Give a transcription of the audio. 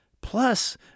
Plus